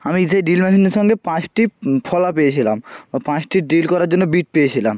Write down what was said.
আমি সেই ড্রিল মেশিনটার সঙ্গে পাঁচটি ফলা পেয়েছিলাম বা পাঁসটি ড্রিল করার জন্য বিট পেয়েছিলাম